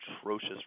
atrocious